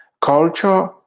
culture